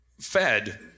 fed